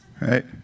Right